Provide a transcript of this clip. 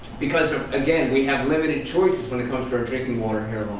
because, again, we have limited choices when it comes to our drinking water here